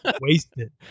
Wasted